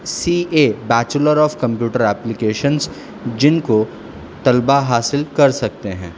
C A bachelor of computer applications جن کو طلباء حاصل کر سکتے ہیں